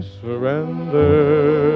surrender